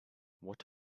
what